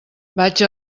vaig